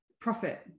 profit